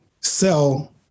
sell